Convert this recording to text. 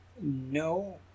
no